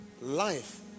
life